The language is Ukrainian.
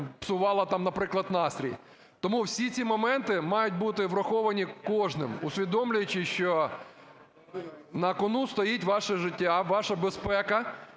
псувала там, наприклад, настрій. Тому всі ці моменти мають бути враховані кожним, усвідомлюючи, що на кону стоїть ваше життя, ваша безпека,